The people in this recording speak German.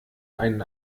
einen